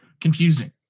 confusing